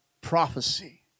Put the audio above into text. prophecy